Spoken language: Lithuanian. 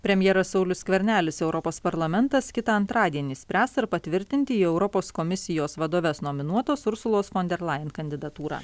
premjeras saulius skvernelis europos parlamentas kitą antradienį spręs ar patvirtinti į europos komisijos vadoves nominuotos ursulos fon der lajen kandidatūrą